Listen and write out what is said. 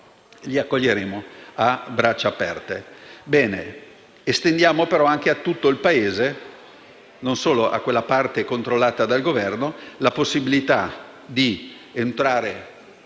li accoglieremo a braccia aperte.